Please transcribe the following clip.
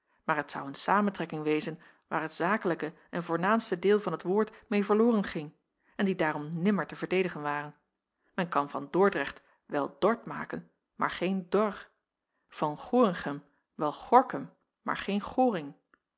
maar het zou een samentrekking wezen waar het zakelijke en voornaamste deel van t woord meê verloren ging en die daarom nimmer te verdedigen ware men kan van dordrecht wel dort maken maar geen dor van gorinchem wel gorkum maar geen